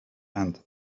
and